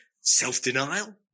self-denial